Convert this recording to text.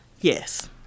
Yes